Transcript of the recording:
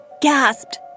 gasped